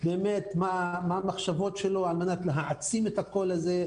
מה המחשבות שלו על מנת שניתן יהיה להעצים את הקול הזה,